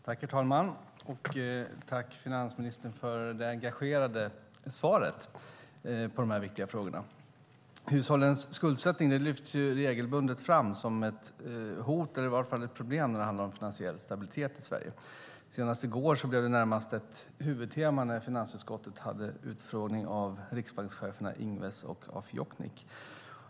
Herr talman! Tack, finansministern, för det engagerade svaret på de här viktiga frågorna! Hushållens skuldsättning lyfts regelbundet fram som ett hot eller i varje fall ett problem när det handlar om finansiell stabilitet i Sverige. Senast i går blev det närmast ett huvudtema när finansutskottet hade en utfrågning av riksbankscheferna Ingves och af Jochnick.